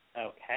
Okay